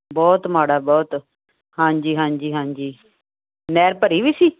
ਬਹੁਤ ਮਾੜਾ ਬਹੁਤ ਹਾਂਜੀ ਹਾਂਜੀ ਹਾਂਜੀ ਨਹਿਰ ਭਰੀ ਵੀ ਸੀ